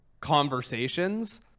conversations